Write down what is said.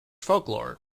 folklore